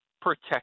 protect